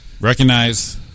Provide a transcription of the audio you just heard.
recognize